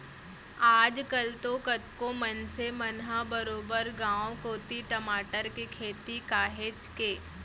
आज कल तो कतको मनसे मन ह बरोबर गांव कोती टमाटर के खेती काहेच के